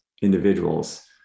individuals